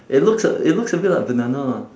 it looks a it looks a bit like banana lah